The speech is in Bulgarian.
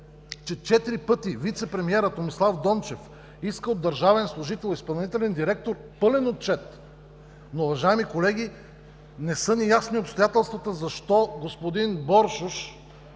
че четири пъти вицепремиерът Томислав Дончев иска от държавен служител, изпълнителен директор, пълен отчет. Уважаеми колеги, не са ни ясни обстоятелствата обаче, защо господин Боршош